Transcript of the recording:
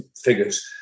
figures